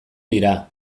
dira